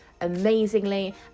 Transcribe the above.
amazingly